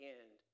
end